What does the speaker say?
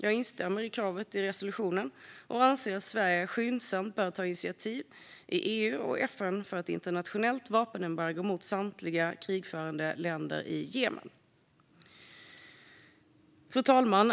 Jag instämmer i kravet i resolutionen och anser att Sverige skyndsamt bör ta initiativ i EU och FN för ett internationellt vapenembargo mot samtliga krigförande länder i Jemen. Fru talman!